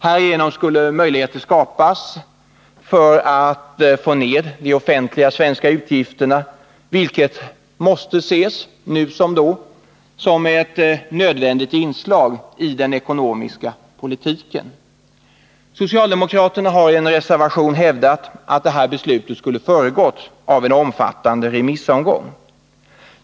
Härigenom skulle man skapa möjligheter att få ned de svenska offentliga utgifterna, vilket måste ses som ett nödvändigt inslag i den ekonomiska politiken. Socialdemokraterna har i en reservation hävdat att detta beslut skulle ha föregåtts av en omfattande remissomgång.